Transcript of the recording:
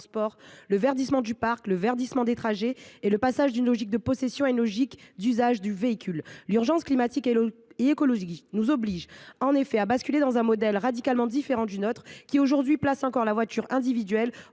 le verdissement du parc, celui des trajets et le passage d’une logique de possession à une logique d’usage du véhicule. L’urgence climatique et écologique nous oblige à basculer dans un modèle radicalement différent du nôtre, qui place encore la voiture individuelle au